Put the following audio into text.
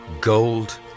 gold